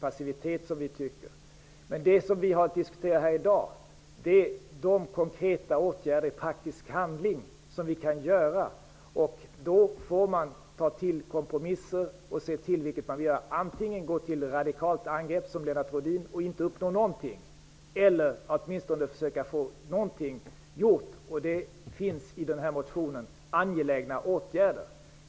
Det vi nu har diskuterat är de konkreta praktiska åtgärder som vi kan vidta. Då får man ta till kompromisser och se vad man vill göra. Man kan gå till radikalt angrepp, som Lennart Rohdin gör. Då uppnår man ingenting. Man kan också försöka få åtminstone någonting gjort. I den här motionen finns det angelägna åtgärder.